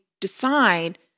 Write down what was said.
decide